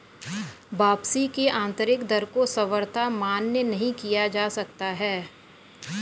वापसी की आन्तरिक दर को सर्वथा मान्य नहीं किया जा सकता है